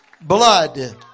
blood